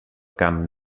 camp